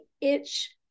itch